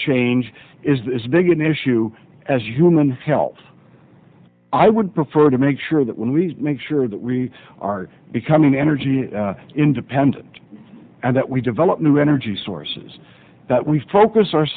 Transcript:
change is big an issue as human health i would prefer to make sure that when we make sure that we are becoming energy independent and that we develop new energy sources that we focus our